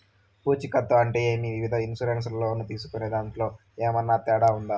పూచికత్తు అంటే ఏమి? వివిధ ఇన్సూరెన్సు లోను తీసుకునేదాంట్లో ఏమన్నా తేడా ఉందా?